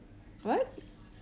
what